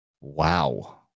Wow